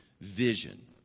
vision